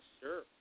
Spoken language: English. sure